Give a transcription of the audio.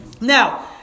Now